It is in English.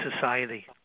society